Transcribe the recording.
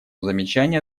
замечание